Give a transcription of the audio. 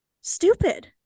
stupid